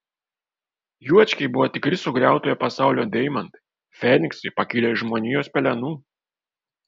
juočkiai buvo tikri sugriautojo pasaulio deimantai feniksai pakilę iš žmonijos pelenų